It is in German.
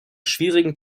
schwierigen